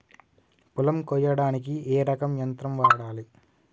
పొలం కొయ్యడానికి ఏ రకం యంత్రం వాడాలి?